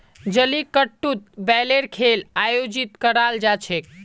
जलीकट्टूत बैलेर खेल आयोजित कराल जा छेक